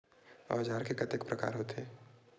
औजार के कतेक प्रकार होथे?